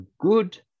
good